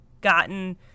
gotten